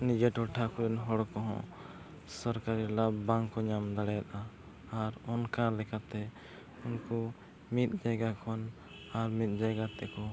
ᱱᱤᱡᱮ ᱴᱚᱴᱷᱟ ᱠᱚᱨᱮᱱ ᱦᱚᱲ ᱠᱚᱦᱚᱸ ᱥᱚᱨᱠᱟᱨᱤ ᱞᱟᱵᱷ ᱵᱟᱝᱠᱚ ᱧᱟᱢ ᱫᱟᱲᱮᱭᱟᱜᱼᱟ ᱟᱨ ᱚᱱᱠᱟ ᱞᱮᱠᱟᱛᱮ ᱩᱱᱠᱩ ᱢᱤᱫ ᱡᱟᱭᱜᱟ ᱠᱷᱚᱱ ᱟᱨ ᱢᱤᱫ ᱡᱟᱭᱜᱟ ᱛᱮᱠᱚ